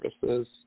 services